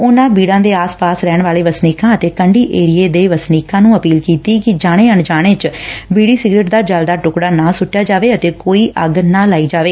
ਉਨੁਾ ਬੀਤਾਂ ਦੇ ਆਸ ਪਾਸ ਰਹਿਣ ਵਾਲੇ ਵਸਨੀਕਾਂ ਅਤੇ ਕੰਢੀ ਏਰੀਏ ਦੇ ਵਸਨੀਕਾਂ ਨੰ ਅਪੀਲੂ ਕੀਤੀ ਕਿ ਜਾਣੇ ਅਣਜਾਣੇ ਵਿੱਚ ਬੀਤੀ ਸਿਗਰਟ ਦਾ ਜਲਦਾ ਟੁਕਡਾ ਨਾ ਸੁੱਟਿਆ ਜਾਵੇ ਅਤੇ ਕੋਈ ਅੱਗ ਨਾ ਲਾਈ ਜਾਵੇ